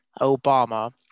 obama